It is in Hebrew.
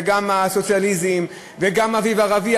גם הסוציאליזם וגם האביב הערבי,